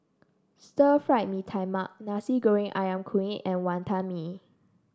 Stir Fry Mee Tai Mak Nasi Goreng ayam Kunyit and Wantan Mee